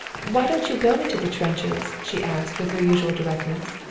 why don't you go into the trenches? she asked with her usual directness.